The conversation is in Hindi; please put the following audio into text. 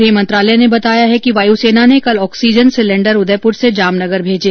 गृह मंत्रालय ने बताया है कि वायुसेना ने कल ऑक्सीजन सिलेंडर उदयपुर से जामनगर भेजे